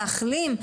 להחלים,